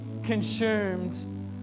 consumed